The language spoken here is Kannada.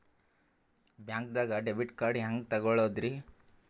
ಬ್ಯಾಂಕ್ದಾಗ ಡೆಬಿಟ್ ಕಾರ್ಡ್ ಹೆಂಗ್ ತಗೊಳದ್ರಿ?